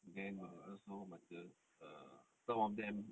then also masa err some of them